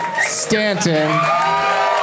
Stanton